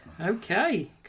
Okay